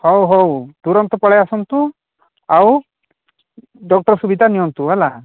ହଉ ହଉ ତୁରନ୍ତ ପଳେଇ ଆସନ୍ତୁ ଆଉ ଡକ୍ଟର୍ ସୁବିଧା ନିଅନ୍ତୁ ହେଲା